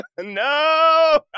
No